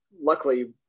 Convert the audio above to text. luckily